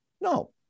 No